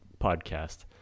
podcast